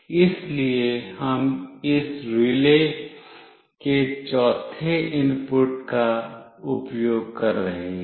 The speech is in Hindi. इसलिए हम इस रिले के चौथे इनपुट का उपयोग कर रहे हैं